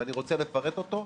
ואני רוצה לפרט אותו,